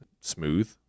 smooth